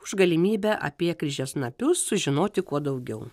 už galimybę apie kryžiasnapius sužinoti kuo daugiau